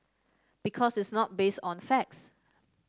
because it's not based on the facts